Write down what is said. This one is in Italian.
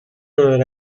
non